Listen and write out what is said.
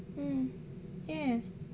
mm ya